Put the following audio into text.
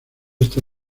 esta